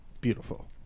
Beautiful